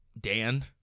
Dan